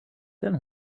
then